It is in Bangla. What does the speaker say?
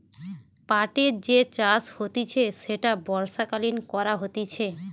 পাটের যে চাষ হতিছে সেটা বর্ষাকালীন করা হতিছে